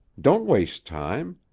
don't waste time.